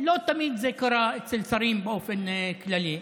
לא תמיד זה קרה אצל שרים באופן כללי.